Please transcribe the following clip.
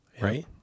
Right